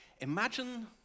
imagine